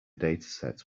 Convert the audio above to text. dataset